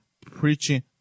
preaching